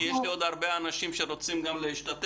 כי יש עוד הרבה אנשים שרוצים להשתתף,